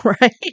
right